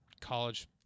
college